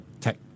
tech